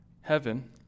heaven